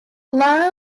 lara